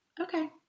okay